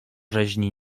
rzeźni